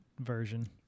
version